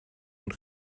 und